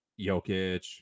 Jokic